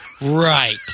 Right